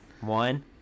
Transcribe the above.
One